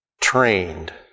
Trained